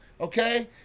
okay